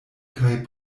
kaj